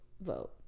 vote